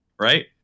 Right